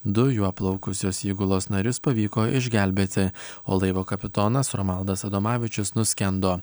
du juo plaukusios įgulos narius pavyko išgelbėti o laivo kapitonas romaldas adomavičius nuskendo